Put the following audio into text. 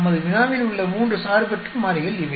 நமது வினாவில் உள்ள மூன்று சார்பற்ற மாறிகள் இவை